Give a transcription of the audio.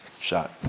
shot